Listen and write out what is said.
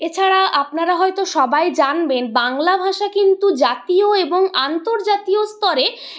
এছাড়া আপনারা হয়তো সবাই জানবেন বাংলা ভাষা কিন্তু জাতীয় এবং আন্তর্জাতীয় স্তরে